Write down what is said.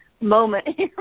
moment